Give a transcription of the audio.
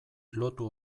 lotu